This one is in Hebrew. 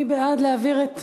ובהסכמת,